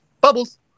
bubbles